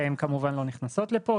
והן כמובן לא נכנסות לפה,